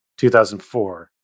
2004